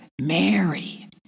Mary